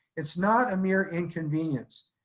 it's not a mere inconvenience.